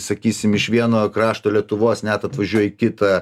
sakysim iš vieno krašto lietuvos net atvažiuoja į kitą